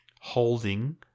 holding